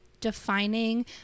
Defining